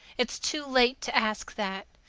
it's too late to ask that.